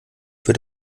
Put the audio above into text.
für